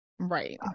right